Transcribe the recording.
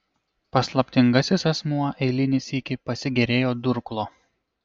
paslaptingasis asmuo eilinį sykį pasigėrėjo durklu